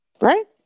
right